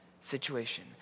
situation